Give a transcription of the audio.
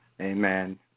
Amen